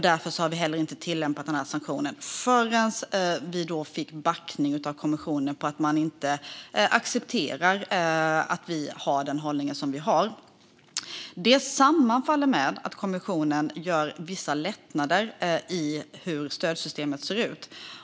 Därför har vi inte heller tillämpat sanktionen förrän vi fick backning av kommissionen, som inte accepterar att vi har den hållning vi har. Detta sammanfaller med att kommissionen gör vissa lättnader i hur stödsystemet ser ut.